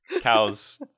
cows